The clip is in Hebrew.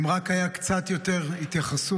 אם רק הייתה קצת יותר התייחסות,